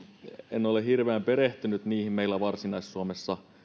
en ole hirveän perehtynyt niihin meillä varsinais suomessa